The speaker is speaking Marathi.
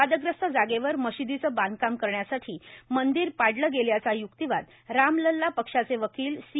वादग्रस्त जागेवर मशीदीचे बांधकाम करण्यासाठी मंदिर पाडले गेल्याचा युक्तीवाद रामलल्ला पक्षाचे वकील सी